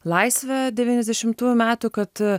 laisve devyniasdešimtųjų metų kad